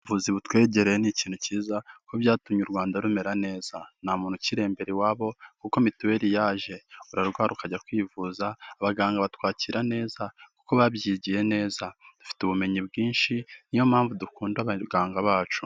Ubuvuzi butwegereye ni ikintu cyiza kuko byatumye u Rwanda rumera neza, nta muntu ukirembera iwabo kuko mituweri yaje, urarwara ukajya kwivuza, abaganga batwakira neza kuko babyigiye neza, dufite ubumenyi bwinshi niyo mpamvu dukunda abanganga bacu.